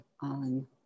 on